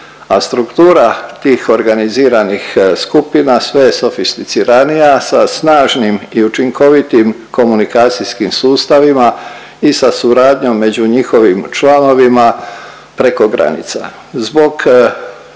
struktura tih organiziranih skupina sve je sofisticiranija sa snažnim i učinkovitim komunikacijskim sustavima i sa suradnjom među njihovim članovima preko granica.